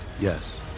Yes